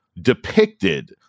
depicted